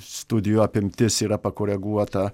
studijų apimtis yra pakoreguota